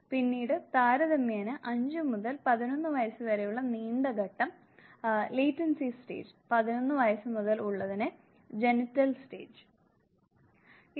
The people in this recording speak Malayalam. പിന്നീട് താരതമ്യേന 5 മുതൽ 11 വയസ്സ് വരെയുള്ള നീണ്ട ഘട്ടം ലേറ്റൻസി സ്റ്റേജും പതിനൊന്ന് വയസ്സുമുതൽ ഉള്ളത് ജെനിറ്റൽ സ്റ്റേജുമാണ്